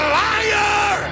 liar